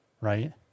right